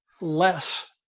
less